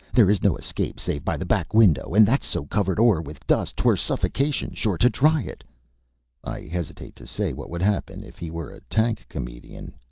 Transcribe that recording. there is no escape save by the back window, and that's so covered o'er with dust twere suffocation sure to try it i hesitate to say what would happen if he were a tank comedian.